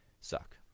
Suck